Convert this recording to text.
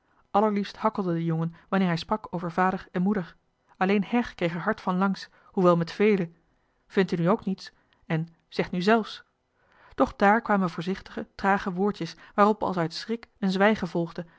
allerliefst hakkelde de jongen wanneer hij sprak over vader en moeder alleen her kreeg hard er van langs hoewel met vele vindt u nu ook niet's en zeg u nu zelf's doch daar kwamen voorzichtige trage woordjes waarop als uitschrik een zwijgen volgde